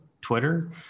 Twitter